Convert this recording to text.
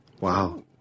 wow